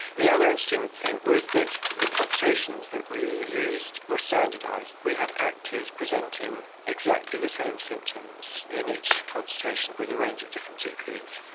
the other interesting thing was that the consultations that we used were standardised. we had actors presenting exactly the same symptoms in each consultation with a range of different gps.